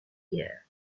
year